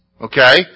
Okay